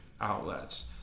outlets